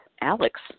Alex